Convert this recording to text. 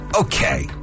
Okay